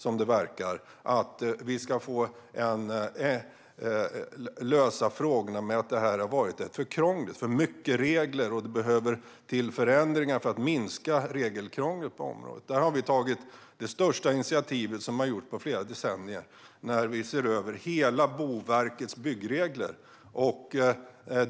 Han verkar vara inne på att de problem vi ska lösa beror på för mycket krångel och för mycket regler och att vi behöver förändringar för att minska regelkrånglet på området. Där tar vi det största initiativ som har tagits på flera decennier när vi nu ser över hela Boverkets byggregler.